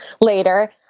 later